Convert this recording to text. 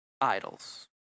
idols